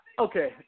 Okay